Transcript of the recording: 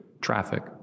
traffic